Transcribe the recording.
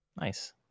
Nice